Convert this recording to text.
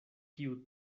kiu